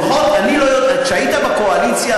לפחות כשהיית בקואליציה,